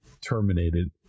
terminated